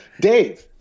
Dave